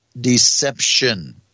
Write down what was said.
deception